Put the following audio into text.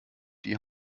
die